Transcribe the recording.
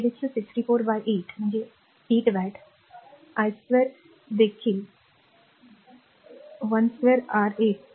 हे देखील 64 बाय 8 आहे 8 वॅट i2 देखील 12R 8